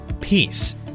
Peace